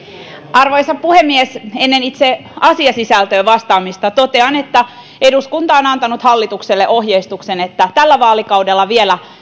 arvoisa puhemies ennen itse asiasisältöön vastaamista totean että eduskunta oli antanut hallitukselle ohjeistuksen että tällä vaalikaudella vielä